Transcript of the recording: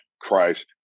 Christ